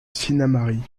sinnamary